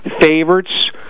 favorites